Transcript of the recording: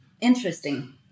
interesting